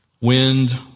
Wind